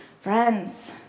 Friends